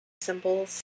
symbols